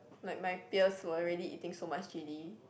like my peers were already eating so much chilli